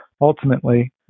ultimately